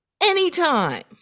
anytime